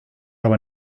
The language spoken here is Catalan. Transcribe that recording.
roba